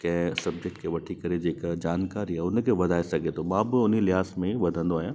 कंहिं सब्जेक्ट खे वठी करे जेका जानकारी आहे उन खे वधाए सघे थो मां बि उन ई लिहास में वधंदो आहियां